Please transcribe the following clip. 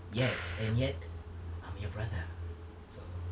yes and yet I'm your brother so